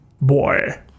Boy